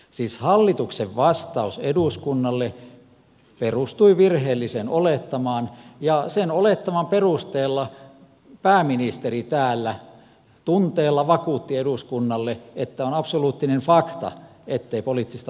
siis hallituksen vastaus eduskunnalle perustui virheelliseen olettamaan ja sen olettaman perusteella pääministeri täällä tunteella vakuutti eduskunnalle että on absoluuttinen fakta ettei poliittista ohjausta annettu